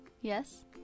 Yes